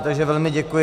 Takže velmi děkuji.